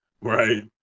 Right